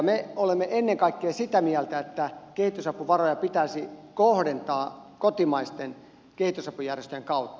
me olemme ennen kaikkea sitä mieltä että kehitysapuvaroja pitäisi kohdentaa kotimaisten kehitysapujärjestöjen kautta